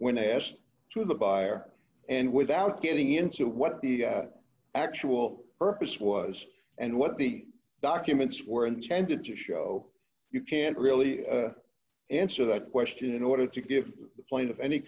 information when asked to the buyer and without getting into what the actual purpose was and what the documents were intended to show you can't really answer that question in order to give the point of any